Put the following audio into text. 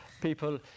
people